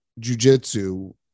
jujitsu